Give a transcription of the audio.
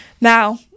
now